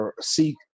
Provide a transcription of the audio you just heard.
seek